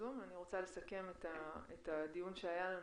אני רוצה לסכם את הדיון שהיה לנו.